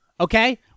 Okay